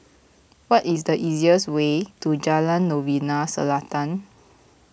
what is the easiest way to Jalan Novena Selatan